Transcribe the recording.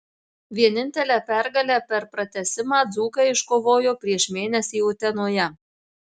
vienintelę pergalę per pratęsimą dzūkai iškovojo prieš mėnesį utenoje